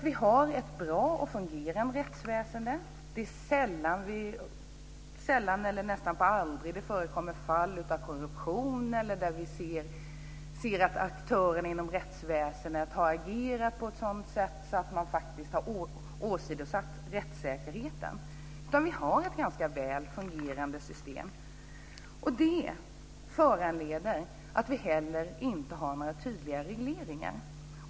Vi har ett bra och fungerande rättsväsende, och det förekommer sällan eller nästan aldrig fall av korruption eller att aktörerna inom rättsväsendet handlar på ett sådant sätt att de åsidosätter rättssäkerheten. Det förhållandet att vi har ett ganska väl fungerande system gör att vi inte heller har några tydliga regleringar.